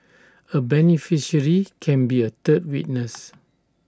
A beneficiary can be A third witness